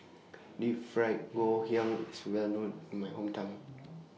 Deep Fried Ngoh Hiang IS Well known in My Hometown